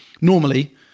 normally